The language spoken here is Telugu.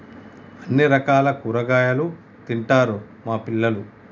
అన్ని రకాల కూరగాయలు తింటారు మా పిల్లలు